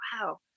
wow